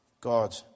God